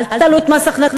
אל תעלו את מס הכנסה,